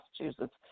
Massachusetts